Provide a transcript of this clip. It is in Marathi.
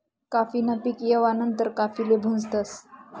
काफी न पीक येवा नंतर काफीले भुजतस